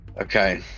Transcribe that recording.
Okay